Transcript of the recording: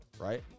right